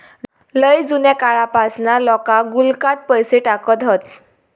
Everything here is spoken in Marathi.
लय जुन्या काळापासना लोका गुल्लकात पैसे टाकत हत